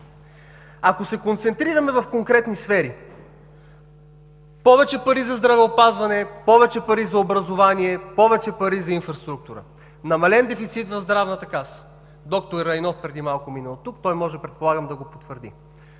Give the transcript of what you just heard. Ако се концентрираме в конкретни сфери, повече пари за здравеопазване, повече пари за образование, повече пари за инфраструктура, намален дефицит в Здравната каса. Доктор Райнов преди малко мина оттук. Той може предполагам да го потвърди.